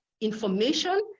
information